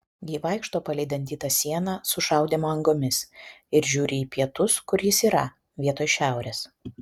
ji vaikšto palei dantytą sieną su šaudymo angomis ir žiūri į pietus kur jis yra vietoj šiaurės